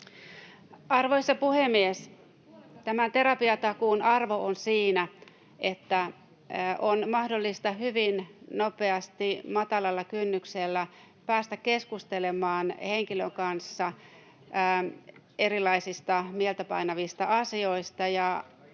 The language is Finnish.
Arvoisa puhemies! Tämän terapiatakuun arvo on siinä, että on mahdollista hyvin nopeasti matalalla kynnyksellä päästä keskustelemaan henkilön kanssa erilaisista mieltä painavista asioista.